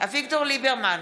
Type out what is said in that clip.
אביגדור ליברמן,